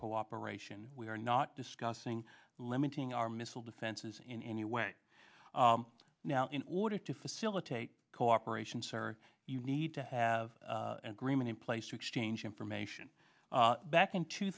cooperation we are not discussing limiting our missile defenses in any way now in order to facilitate cooperation sir you need to have an agreement in place to exchange information back in two